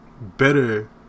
better